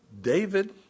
David